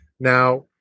Now